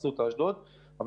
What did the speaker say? דבר